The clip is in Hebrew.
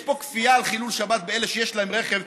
יש פה כפייה לחלל שבת לאלה שיש להם רכב,